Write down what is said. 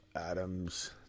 Adams